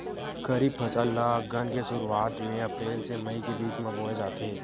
खरीफ फसल ला अघ्घन के शुरुआत में, अप्रेल से मई के बिच में बोए जाथे